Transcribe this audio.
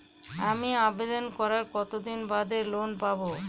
আমি আবেদন করার কতদিন বাদে লোন পাব?